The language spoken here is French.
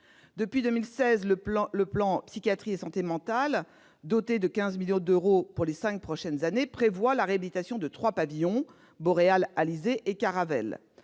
Depuis 2016, le plan Psychiatrie et santé mentale, doté de 15 millions d'euros pour les cinq prochaines années, prévoit la réhabilitation des trois pavillons : Boréal, Alizé et Caravelle.